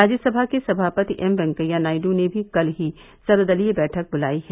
राज्यसभा के सभापति एम वेंकैया नायडू ने भी कल ही सर्वदलीय वैठक बुलाई है